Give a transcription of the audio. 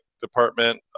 department